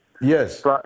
Yes